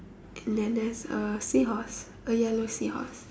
and then there's a seahorse a yellow seahorse